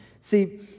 See